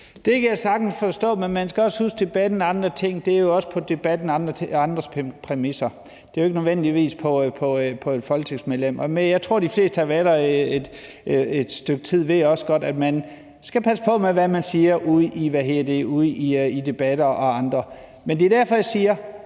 Det kan jeg sagtens forstå, men man skal også huske, at i Debatten og andre steder foregår debatten også på andres præmisser. Det er jo ikke nødvendigvis på et folketingsmedlems. Jeg tror, at de fleste, der har været her et stykke tid, også godt ved, at man skal passe på med, hvad man siger i debatter og andet. Men det er derfor, jeg siger,